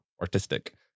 artistic